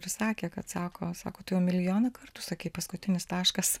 ir sakė kad sako sako tu jau milijoną kartų sakei paskutinis taškas